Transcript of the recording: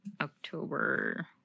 October